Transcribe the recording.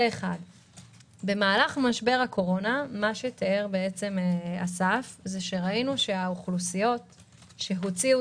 במהלך משבר הקורונה ראינו שהאוכלוסיות שהוציאו